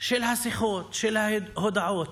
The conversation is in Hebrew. של השיחות, של ההודעות,